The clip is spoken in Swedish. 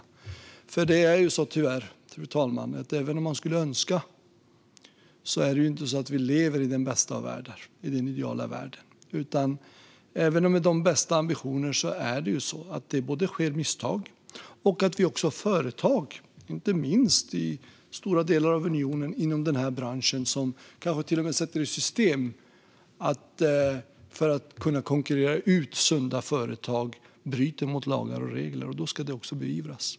Tyvärr lever vi ju inte, fru talman, även om vi så skulle önska, i den bästa av världar, i den ideala världen. Även med de bästa ambitioner sker det misstag. Det finns också företag inom den här branschen, inte minst i stora delar av unionen, som kanske till och med sätter i system att bryta mot lagar och regler för att kunna konkurrera ut sunda företag. Då ska det också beivras.